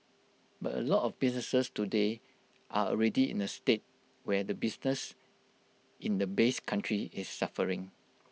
but A lot of businesses today are already in A state where the business in the base country is suffering